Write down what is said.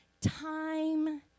time